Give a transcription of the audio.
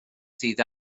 sydd